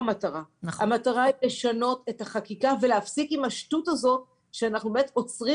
המטרה היא לשנות את החקיקה ולהפסיק עם השטות הזאת שאנחנו עוצרים